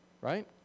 right